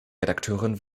redakteurin